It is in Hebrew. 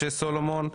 משה סולומון,